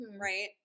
right